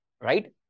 Right